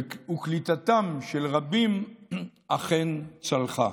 וקליטתם של רבים אכן צלחה.